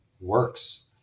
works